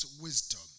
wisdom